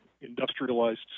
industrialized